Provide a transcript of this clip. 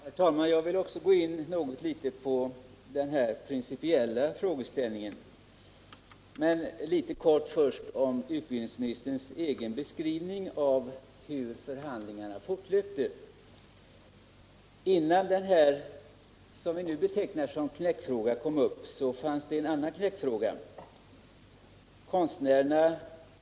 Herr talman! Jag vill också gå in något på den principiella frågeställningen, men först litet kortfattat om utbildningsministerns egen beskrivning av hur förhandlingarna fortlöper. Innan det som vi nu betecknar som knäckfråga kom upp fanns det en annan knäck fråga.